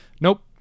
Nope